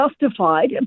justified